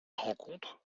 rencontre